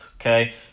okay